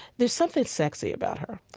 there's something sexy about her.